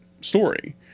story